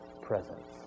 presence